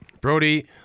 Brody